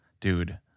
dude